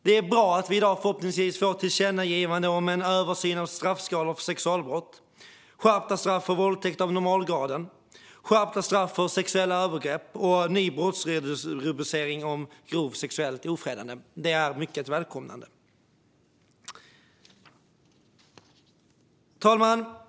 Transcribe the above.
Det är bra att vi i dag förhoppningsvis får ett tillkännagivande om en översyn av straffskalor för sexualbrott, skärpta straff för våldtäkt av normalgraden, skärpta straff för sexuella övergrepp och en ny brottsrubricering om grovt sexuellt ofredande. Det är mycket välkommet. Herr talman!